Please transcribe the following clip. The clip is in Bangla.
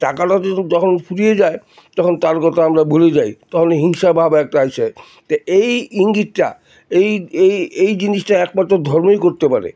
টাকাটাতে যখন ফুরিয়ে যায় তখন তার কথা আমরা ভুলে যাই তখন হিংসা ভাব একটা আসে তো এই ইঙ্গিতটা এই এই এই জিনিসটা একমাত্র ধর্মই করতে পারে